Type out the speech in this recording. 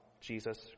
Jesus